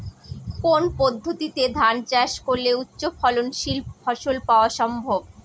কোন পদ্ধতিতে ধান চাষ করলে উচ্চফলনশীল ফসল পাওয়া সম্ভব?